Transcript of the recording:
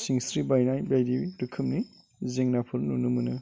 सिन्स्रि बायनाय बायदि रोखोमनि जेंनाफोर नुनो मोनो